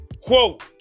quote